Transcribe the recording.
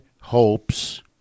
hopes